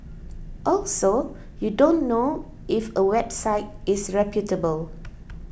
also you don't know if a website is reputable